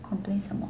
complains 什么